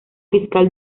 fiscal